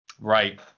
Right